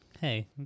Hey